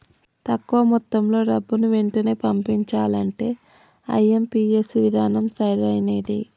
తక్కువ మొత్తంలో డబ్బుని వెంటనే పంపించాలంటే ఐ.ఎం.పీ.ఎస్ విధానం సరైనది